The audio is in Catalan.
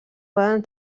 poden